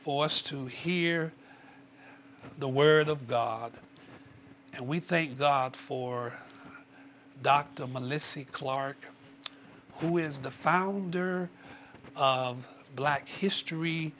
for us to hear the word of god and we thank god for dr melissy clark who is the founder of black history